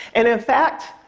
and in fact,